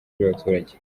by’abaturage